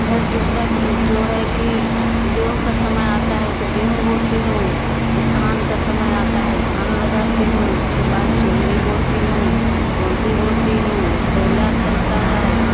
फिर दूसरा जो है कि गेहूँ का समय आता है तो गेहूँ बोती हूँ धान का समय आता है धान लगाती हूँ इसके बाद जोन्हरी बोती हूँ उरदी बोती हूँ भदैला चलता है